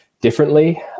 differently